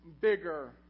bigger